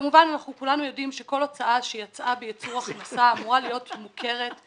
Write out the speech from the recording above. כולנו יודעים שכל הוצאה שיצאה בייצור הכנסה אמורה להיות מוכרת.